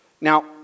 now